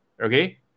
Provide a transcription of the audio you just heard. Okay